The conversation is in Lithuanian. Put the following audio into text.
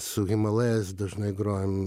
su himalayas dažnai grojam